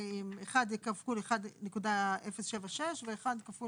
אחד זה כפול 1.076 ואחד כפול